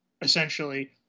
essentially